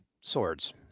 swords